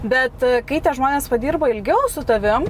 bet kai tie žmonės padirba ilgiau su tavim